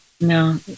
No